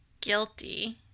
guilty